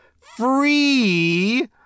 free